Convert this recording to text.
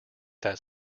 that